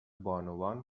بانوان